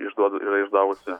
išduoda yra išdavusi